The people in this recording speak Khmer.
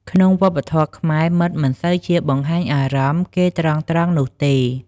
ក្នុងវប្បធម៌ខ្មែរ មិត្តមិនសូវជាបង្ហាញអារម្មណ៍គេត្រង់ៗនោះទេ។